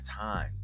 time